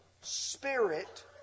spirit